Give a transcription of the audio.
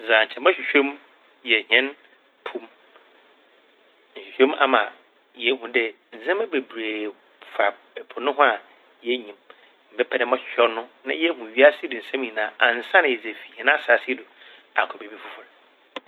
Dza nkyɛ mɔhwehwɛ mu yɛ hɛn po m'. Nhwehwɛmu ama yeehu dɛ ndzɛmba bebree fa ɛpo no ho a yennyim. Mebɛpɛ dɛ mɔhwehwɛ ɔno na yehu wiase do nsɛm nyinaa ansaana yɛdze efi hɛn asaase yi do akɔ beebi fofor.